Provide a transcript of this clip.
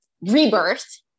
rebirth